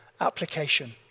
application